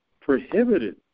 prohibited